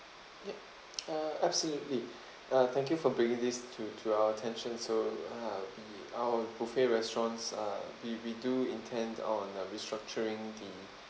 ya uh absolutely uh thank you for bringing this to to our attention so uh our b~ our buffet restaurants ah we we do intend on uh restructuring the